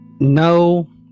No